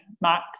max